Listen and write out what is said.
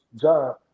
job